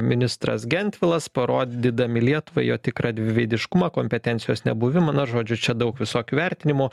ministras gentvilas parodydami lietuvai jo tikrą dviveidiškumą kompetencijos nebuvimą na žodžiu čia daug visokių vertinimų